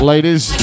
Ladies